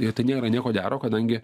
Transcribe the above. ir tai nėra nieko gero kadangi